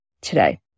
today